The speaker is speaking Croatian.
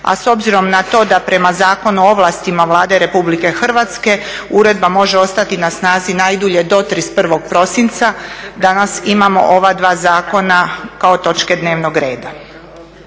a s obzirom na to da prema Zakonu o ovlastima Vlade RH uredba može ostati na snazi najdulje do 31. prosinca. Danas imamo ova dva zakona kao točke dnevnog reda.